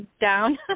down